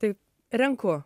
taip renku